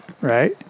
right